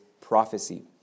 prophecy